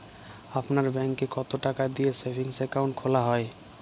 আপনার ব্যাংকে কতো টাকা দিয়ে সেভিংস অ্যাকাউন্ট খোলা হয়?